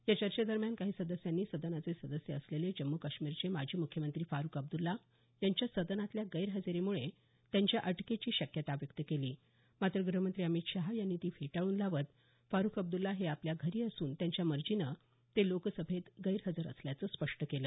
या चर्चेदरम्यान काही सदस्यांनी सदनाचे सदस्य असलेले जम्मू काश्मीरचे माजी मुख्यमंत्री फारूख अब्दुल्ला यांच्या सदनातल्या गैरहजेरीमुळे त्यांच्या अटकेची शक्यता व्यक्त केली मात्र ग्रहमंत्री अमित शहा यांनी ही शक्यता फेटाळून लावत फारुख अब्दुल्ला हे आपल्या घरी असून त्यांच्या मर्जीने ते लोकसभेत गैरहजर राहिल्याचं स्पष्ट केलं